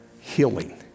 healing